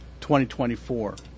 2024